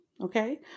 okay